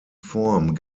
form